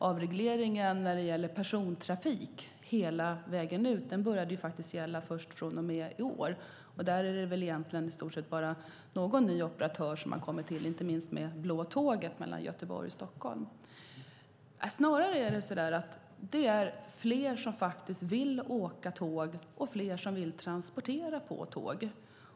Avregleringen av persontrafiken fullt ut började gälla först från och med i år, och där är det väl bara någon enstaka ny operatör som har tillkommit - jag tänker på Blå Tåget mellan Göteborg och Stockholm. Snarare är det faktiskt så att det är fler som vill åka tåg och fler som vill transportera på tåg.